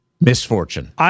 misfortune